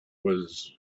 was